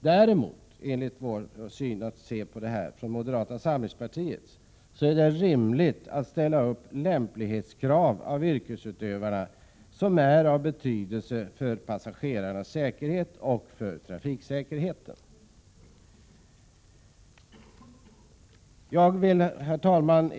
Däremot är det enligt moderata samlingspartiets syn rimligt att ställa upp lämplighetskrav på yrkesutövarna som är av betydelse för passagerarnas säkerhet och för trafiksäkerheten. Herr talman!